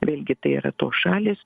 vėlgi tai yra tos šalys